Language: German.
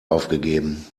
aufgegeben